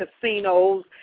casinos